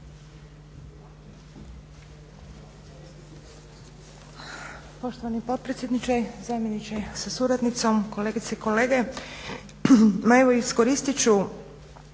Poštovani potpredsjedniče, zamjeniče sa suradnicom, kolegice i kolege. Ma evo iskoristit ću